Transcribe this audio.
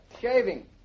shaving